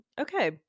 Okay